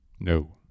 no